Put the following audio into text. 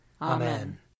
Amen